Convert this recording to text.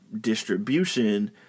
distribution